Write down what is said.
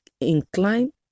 incline